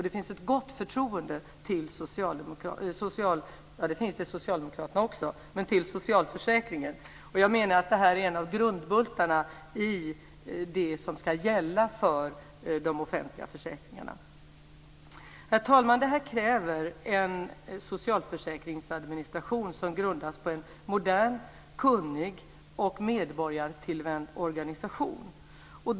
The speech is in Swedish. Det finns ett gott förtroende till socialförsäkringen. Jag menar att det här är en av grundbultarna i det som ska gälla för de offentliga försäkringarna. Herr talman! Det här kräver en socialförsäkringsadministration som grundas på en modern, kunnig och medborgartillvänd organisation.